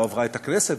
לא עברה את הכנסת,